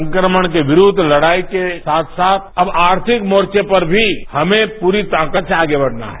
संक्रमण के विस्द्व लड़ाई के साथ साथ अब आर्थिक मोर्चे पर भी हमें पूरी ताकत से आगे बढ़ना है